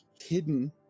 hidden